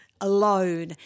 alone